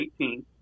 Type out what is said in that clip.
18